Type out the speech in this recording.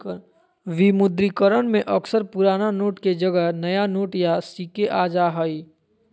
विमुद्रीकरण में अक्सर पुराना नोट के जगह नया नोट या सिक्के आ जा हइ